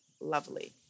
Lovely